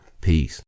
Peace